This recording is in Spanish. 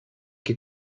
que